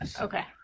Okay